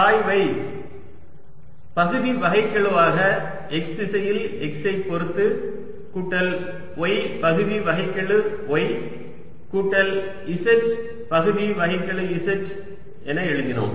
சாய்வை பகுதி வகைக்கெழுவாக x திசையில் x ஐ பொருத்து கூட்டல் y பகுதி வகைக்கெழு y கூட்டல் z பகுதி வகைக்கெழு z என எழுதினோம்